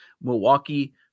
Milwaukee